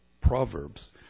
Proverbs